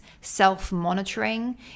self-monitoring